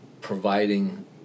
providing